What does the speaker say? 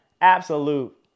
absolute